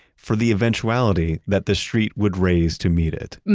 for the eventuality that the street would raise to meet it and